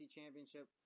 Championship